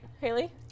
Haley